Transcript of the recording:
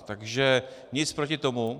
Takže nic proti tomu.